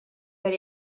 but